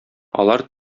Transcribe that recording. алар